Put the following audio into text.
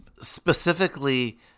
specifically